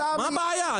מה הבעיה?